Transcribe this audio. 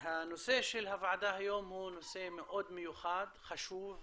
הנושא של הוועדה היום הוא נושא מאוד מיוחד, חשוב,